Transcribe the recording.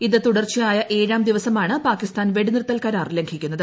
ഇത് തുടർച്ചയായ ഏഴാം ദിവസമാണ് പാകിസ്ഥാൻ വെടിനിർത്തൽ കരാർ ലംഘിക്കുന്നത്